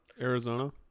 Arizona